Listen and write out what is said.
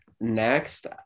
next